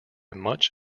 much